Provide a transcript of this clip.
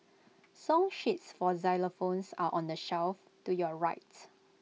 song sheets for xylophones are on the shelf to your rights